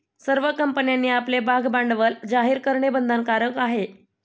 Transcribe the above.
सर्व कंपन्यांनी आपले भागभांडवल जाहीर करणे बंधनकारक आहे